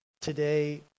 Today